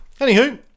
Anywho